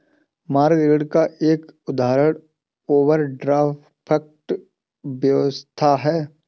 मांग ऋण का एक उदाहरण ओवरड्राफ्ट व्यवस्था है